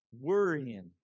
worrying